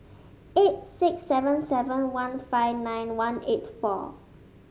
eight six seven seven one five nine one eight four